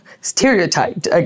stereotyped